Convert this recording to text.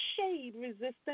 shade-resistant